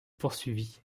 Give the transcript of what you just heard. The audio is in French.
poursuivit